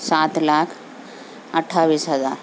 سات لاکھ اٹھائیس ہزار